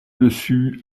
dessus